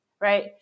Right